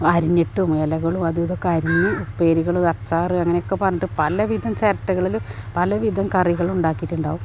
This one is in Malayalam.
അരിഞ്ഞിട്ടും ഇലകളും അതു ഇതൊക്കെ അരിഞ്ഞു പേരുകൾ അച്ചാറ് അങ്ങനെയൊക്കെ പറഞ്ഞിട്ട് പല വിധം ചിരട്ടകളിൽ പല വിധം കറികളുണ്ടാക്കിയിട്ടുണ്ടാകും